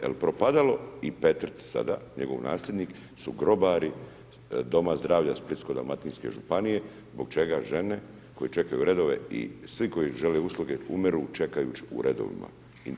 Jer Propadalo i Petrec sada njegov nasljednik, su grobari Doma zdravlja Splitsko-dalmatinske županije, zbog čega žene koje čekaju redove i svi koji žele usluge umiru čekajući u redovima.